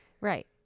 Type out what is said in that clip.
Right